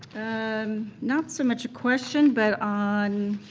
um, not so much a question but on